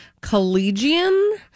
Collegian